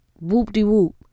whoop-de-whoop